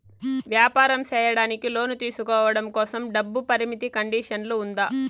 వ్యాపారం సేయడానికి లోను తీసుకోవడం కోసం, డబ్బు పరిమితి కండిషన్లు ఉందా?